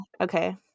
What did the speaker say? okay